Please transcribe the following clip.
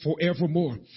forevermore